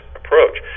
approach